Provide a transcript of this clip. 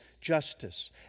justice